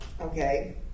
okay